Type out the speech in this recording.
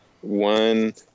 one